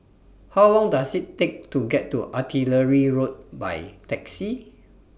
How Long Does IT Take to get to Artillery Road By Taxi